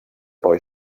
boy